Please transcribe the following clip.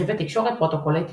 רכיבי תקשורת, פרוטוקולי תקשורת.